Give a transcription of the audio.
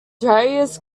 darius